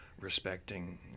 respecting